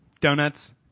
donuts